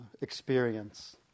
experience